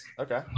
Okay